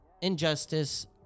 injustice